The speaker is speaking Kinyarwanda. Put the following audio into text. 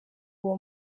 uwo